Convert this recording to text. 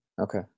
okay